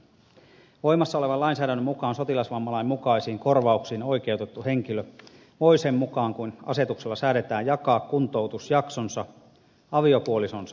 voimassa olevan lainsäädännön mukaan sotilasvammalain mukaisiin korvauksiin oikeutettu henkilö voi sen mukaan kuin asetuksella säädetään jakaa kuntoutusjaksonsa aviopuolisonsa kanssa